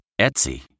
Etsy